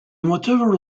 whatever